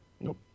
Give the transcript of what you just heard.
Nope